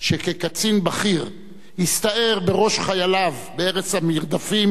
שכקצין בכיר הסתער בראש חייליו בארץ המרדפים